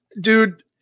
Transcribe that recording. dude